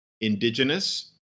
indigenous